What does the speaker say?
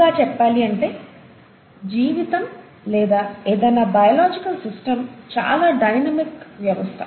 ఇంకా చెప్పాలి అంటే జీవితం లేదా ఏదైనా బయలాజికల్ సిస్టం చాలా డైనమిక్ వ్యవస్థ